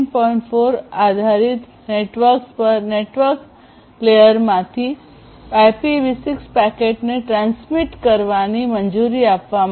4 આધારિત નેટવર્ક્સ પર નેટવર્ક લેયરમાંથી IPv6 પેકેટને ટ્રાન્સમિટ કરવાની મંજૂરી આપવા માટે